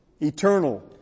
eternal